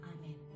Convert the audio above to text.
Amen